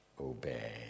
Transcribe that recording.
obey